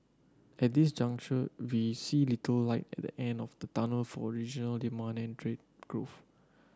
at this juncture we see little light at the end of the tunnel for regional demand and trade growth